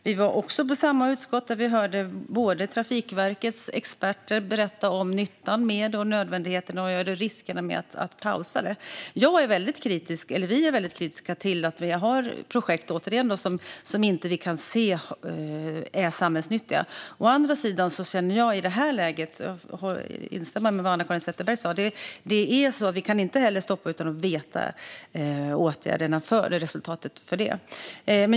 Vi var också på samma utskottsmöte och hörde Trafikverkets experter berätta om nyttan med och nödvändigheten av att pausa det - men också riskerna. Vi är väldigt kritiska, återigen, till att vi har projekt som vi inte kan se är samhällsnyttiga. Å andra sidan känner jag i det här läget - här instämmer jag med vad Anna-Caren Sätherberg sa - att vi inte heller kan stoppa detta utan att veta resultatet av det.